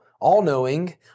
all-knowing